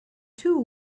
two